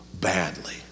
badly